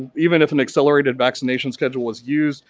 even if an accelerated vaccination schedule was used,